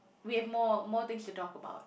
we have more more things to talk about